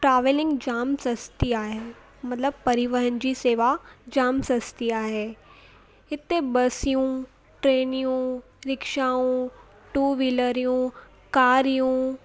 travelling जामु सस्ती आहे मतिलबु परिवहन जी सेवा जामु सस्ती आहे हिते बसियूं ट्रेनियूं रिक्शाऊं टू व्हीलरियूं कारियूं